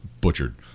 Butchered